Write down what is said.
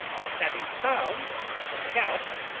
and having found the scalps,